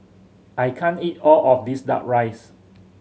I can't eat all of this Duck Rice